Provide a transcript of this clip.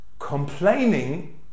complaining